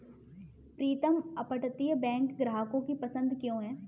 प्रीतम अपतटीय बैंक ग्राहकों की पसंद क्यों है?